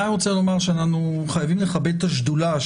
אנחנו חייבים לכבד את השדולה,